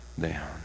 down